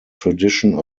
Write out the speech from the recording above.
tradition